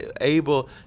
able